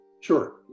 Sure